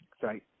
sorry